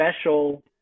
special